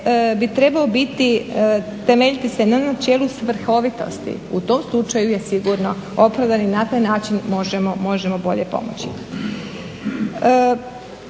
bi trebao biti, temeljiti se na načelu svrhovitosti. U tom slučaju je sigurno opravdan i na taj način možemo bolje pomoći.